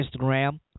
Instagram